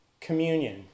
communion